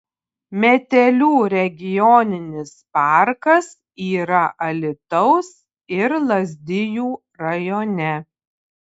metelių regioninis parkas yra alytaus ir lazdijų rajone